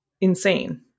insane